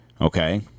Okay